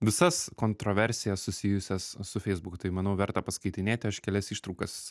visas kontraversijas susijusias su feisbuku tai manau verta paskaitinėti aš kelias ištraukas